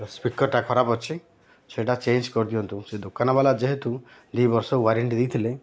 ସ୍ପିକର୍ଟା ଖରାପ ଅଛି ସେଇଟା ଚେଞ୍ଜ କରିଦିଅନ୍ତୁ ସେ ଦୋକାନବାଲା ଯେହେତୁ ଦୁଇ ବର୍ଷ ୱାରେଣ୍ଟି ଦେଇଥିଲେ